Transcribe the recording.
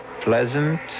pleasant